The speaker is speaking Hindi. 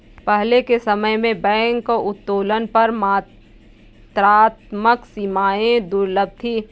पहले के समय में बैंक उत्तोलन पर मात्रात्मक सीमाएं दुर्लभ थीं